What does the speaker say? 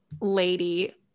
lady